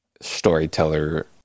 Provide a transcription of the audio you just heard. storyteller